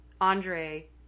Andre